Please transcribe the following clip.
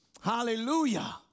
Hallelujah